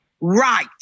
Right